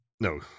No